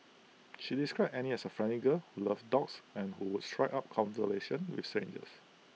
she described Annie as A friendly girl who loved dogs and who would strike up with strangers